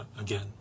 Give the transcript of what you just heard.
again